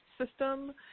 system